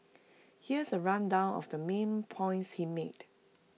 here's A rundown of the main points he made